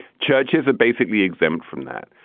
churches are basically exempt from that.